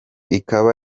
ikaba